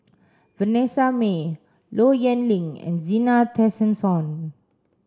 Vanessa Mae Low Yen Ling and Zena Tessensohn